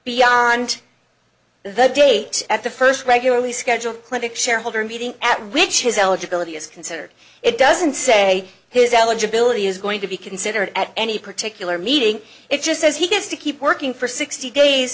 beyond the date of the first regularly scheduled clinic shareholder meeting at which his eligibility is considered it doesn't say his eligibility is going to be considered at any particular meeting it just says he has to keep working for sixty days